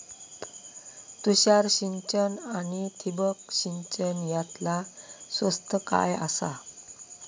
तुषार सिंचन आनी ठिबक सिंचन यातला स्वस्त काय आसा?